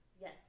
Yes